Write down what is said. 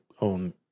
own